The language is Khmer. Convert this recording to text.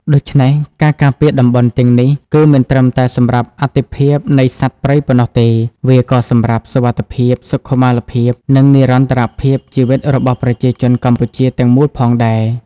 ដូច្នេះ ការការពារតំបន់ទាំងនេះ គឺមិនត្រឹមតែសម្រាប់អត្ថិភាពនៃសត្វព្រៃប៉ុណ្ណោះទេ វាក៏សម្រាប់សុវត្ថិភាព សុខុមាលភាព និងនិរន្តរភាពជីវិតរបស់ប្រជាជនកម្ពុជាទាំងមូលផងដែរ។